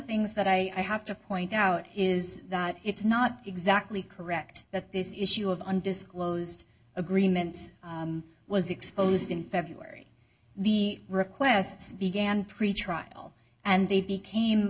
things that i have to point out is that it's not exactly correct that this issue of undisclosed agreements was exposed in february the requests began pretrial and they became